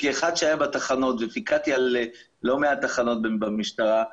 כאחד שהיה בתחנות ופיקדתי על לא מעט תחנות במשטרה,